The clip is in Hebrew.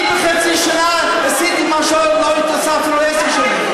אני בחצי שנה עשיתי במה שאת לא היית עושה אפילו בעשר שנים.